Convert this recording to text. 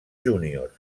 juniors